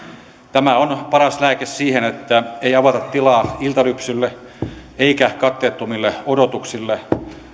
tämä on paras lääke siihen että ei avata tilaa iltalypsylle eikä katteettomille odotuksille